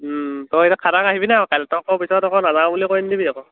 তই এতিয়া খাটাং আহিবিনে কাইলৈ তই আকৌ পিছত নাযাও বুলি কৈ নিদিবি আকৌ